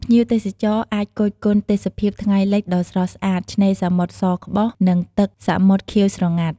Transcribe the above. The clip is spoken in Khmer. ភ្ញៀវទេសចរអាចគយគន់ ទេសភាពថ្ងៃលិចដ៏ស្រស់ស្អាត ឆ្នេរសមុទ្រសក្បុស និងទឹកសមុទ្រខៀវស្រងាត់។